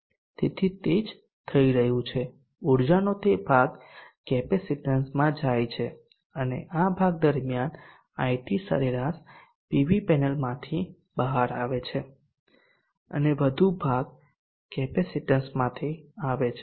તેથી તે જ થઈ રહ્યું છે ઉર્જાનો તે ભાગ કેપેસિટેન્સમાં જાય છે અને આ ભાગ દરમિયાન IT સરેરાશ પીવી પેનલમાંથી બહાર આવે છે અને વધુ ભાગ કેપેસિટેન્સમાંથી આવે છે